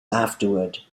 afterward